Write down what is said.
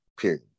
period